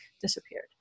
disappeared